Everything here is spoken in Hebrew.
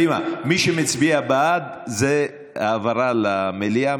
מי שמצביע בעד זה העברה למליאה,